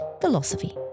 philosophy